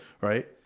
Right